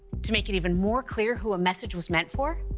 to make it even more clear who a message was meant for,